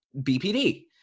BPD